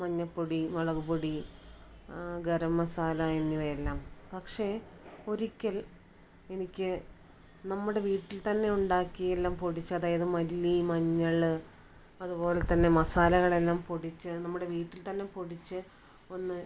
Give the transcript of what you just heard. മഞ്ഞപ്പൊടി മുളക്പൊടി ഗരംമസാല എന്നിവയെല്ലാം പക്ഷെ ഒരിക്കൽ എനിക്ക് നമ്മുടെ വീട്ടിൽ തന്നെ ഉണ്ടാക്കിയ എല്ലാം പൊടിച്ച് അതായത് മല്ലി മഞ്ഞൾ അതുപോലെ തന്നെ മസാലകൾ എല്ലാം പൊടിച്ച് നമ്മുടെ വീട്ടിൽ തന്നെ പൊടിച്ച് ഒന്ന്